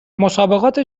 مسابقات